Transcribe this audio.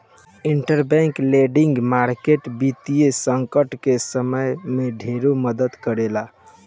interbank lending market वित्तीय संकट के समय में ढेरे मदद करेला